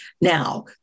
Now